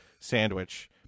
sandwich